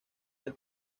del